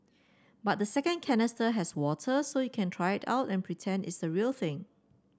but the second canister has water so you can try it out and pretend it's the real thing